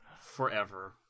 forever